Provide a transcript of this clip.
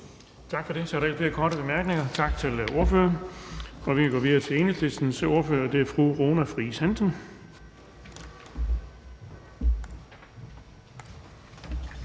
Tak for det. Så er der ikke flere korte bemærkninger. Tak til ordføreren. Vi går videre til Enhedslistens ordfører, og det er fru Runa Friis Hansen.